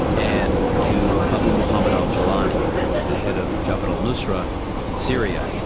and to abu muhammad al-julani who is the head of jabhat al-nusra in syria.